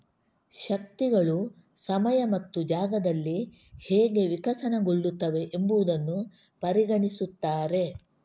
ಶಕ್ತಿಗಳು ಸಮಯ ಮತ್ತು ಜಾಗದಲ್ಲಿ ಹೇಗೆ ವಿಕಸನಗೊಳ್ಳುತ್ತವೆ ಎಂಬುದನ್ನು ಪರಿಗಣಿಸುತ್ತಾರೆ